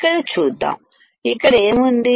ఇక్కడ చూద్దాం ఇక్కడ ఏముంది